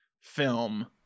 film